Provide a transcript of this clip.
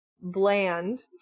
bland